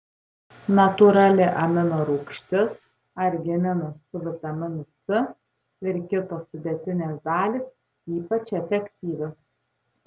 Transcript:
natūrali amino rūgštis argininas su vitaminu c ir kitos sudėtinės dalys ypač efektyvios